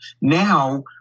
Now